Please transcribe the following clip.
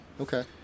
Okay